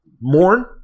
mourn